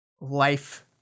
life